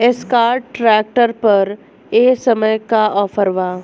Escort tractor पर ए समय का ऑफ़र बा?